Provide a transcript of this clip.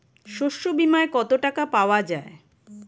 শস্য বিমায় কত টাকা পাওয়া যায়?